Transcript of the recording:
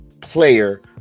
player